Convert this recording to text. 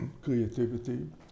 creativity